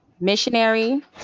Missionary